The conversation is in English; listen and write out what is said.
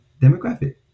demographic